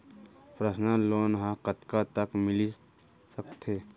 Personal loan ह कतका तक मिलिस सकथे?